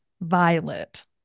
Violet